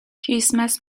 کریسمس